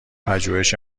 پژوهش